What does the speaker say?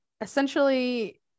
essentially